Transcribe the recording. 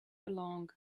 along